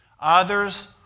Others